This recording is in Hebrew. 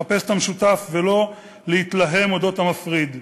לחפש את המשותף ולא להתלהם על אודות המפריד.